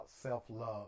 self-love